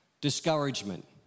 Discouragement